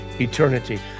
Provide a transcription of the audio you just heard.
eternity